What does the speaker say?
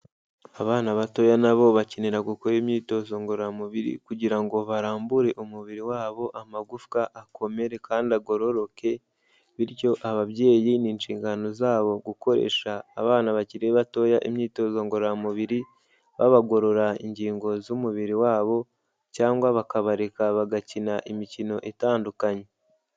Abana batoya nabo bakenera gukora imyitozo ngororamubiri kugira ngo barambure umubiri wabo, amagufwa akomere kandi agororoke, bityo ababyeyi ni inshingano zabo gukoresha abana bakiri batoya imyitozo ngororamubiri, babagorora ingingo z'umubiri wabo cyangwa bakabareka bagakina imikino itandukanye.